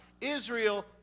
Israel